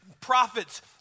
prophets